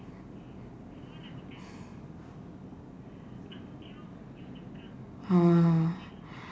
!huh!